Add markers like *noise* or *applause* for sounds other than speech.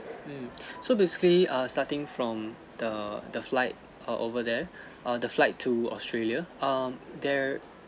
mm *breath* so basically uh starting from the the flight uh over there uh the flight to australia um there